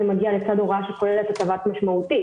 מגיע לצד הוראה שכוללת הטבה משמעותית.